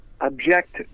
object